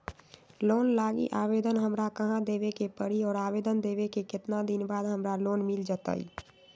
Loan लागी आवेदन हमरा कहां देवे के पड़ी और आवेदन देवे के केतना दिन बाद हमरा लोन मिल जतई?